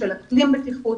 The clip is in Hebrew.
בטיחות, של אקלים בטיחות